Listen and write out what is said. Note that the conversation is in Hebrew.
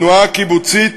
התנועה הקיבוצית,